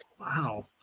Wow